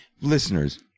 Listeners